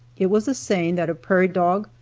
it was a saying that a prairie dog,